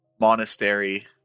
monastery